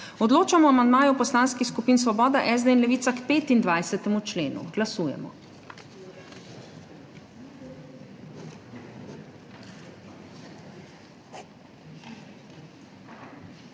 Odločamo o amandmaju poslanskih skupin Svoboda, SD in Levica k 15. členu. Glasujemo.